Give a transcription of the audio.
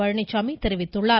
பழனிச்சாமி தெரிவித்துள்ளார்